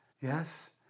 Yes